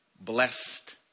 blessed